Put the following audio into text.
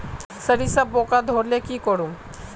सरिसा पूका धोर ले की करूम?